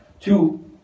Two